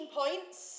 points